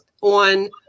on